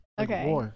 Okay